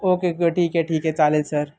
okay ठीक आहे ठीक आहे चालेल सर